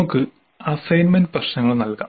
നമുക്ക് അസൈൻമെന്റ് പ്രശ്നങ്ങൾ നൽകാം